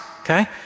okay